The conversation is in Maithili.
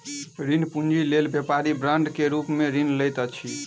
ऋण पूंजी लेल व्यापारी बांड के रूप में ऋण लैत अछि